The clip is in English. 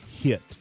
Hit